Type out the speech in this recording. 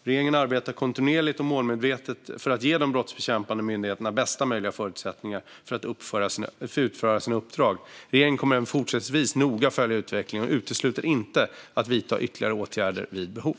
Regeringen arbetar kontinuerligt och målmedvetet för att ge de brottsbekämpande myndigheterna bästa möjliga förutsättningar för att utföra sina uppdrag. Regeringen kommer även fortsättningsvis att noga följa utvecklingen och utesluter inte att vidta ytterligare åtgärder vid behov.